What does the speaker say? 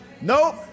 Nope